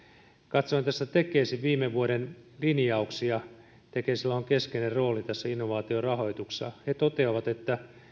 katsoin tässä tekesin viime vuoden linjauksia tekesillä on keskeinen rooli tässä innovaatiorahoituksessa ja he toteavat että